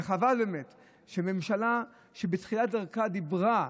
וחבל באמת שממשלה שבתחילת דרכה דיברה,